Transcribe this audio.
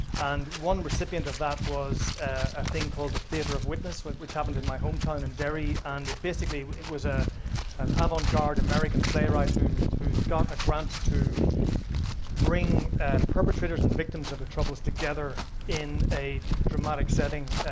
and one recipient of that was a thing called the theater of witness which happened in my home town in dairy. and basically it was ah an avant garde playwright who who got a grant to bring perpetrators and victims of the troubles together in a dramatic setting.